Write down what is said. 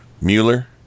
mueller